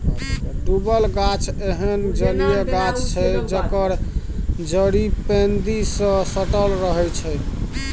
डुबल गाछ एहन जलीय गाछ छै जकर जड़ि पैंदी सँ सटल रहै छै